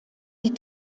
die